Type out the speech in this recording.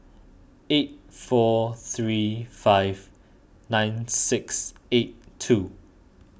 eight four three five nine six eight two